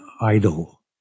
idol